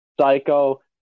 psycho